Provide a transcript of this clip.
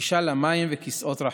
גישה למים וכיסאות רחצה.